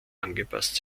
angepasst